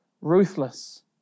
ruthless